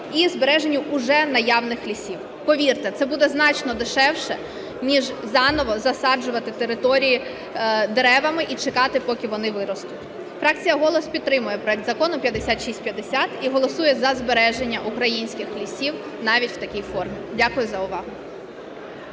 і збереженню вже наявних лісів. Повірте, це буде значно дешевше ніж заново засаджувати території деревами і чекати поки вони виростуть. Фракція "Голос" підтримує проект Закону 5650 і голосує за збереження українських лісів навіть в такій формі. Дякую за увагу.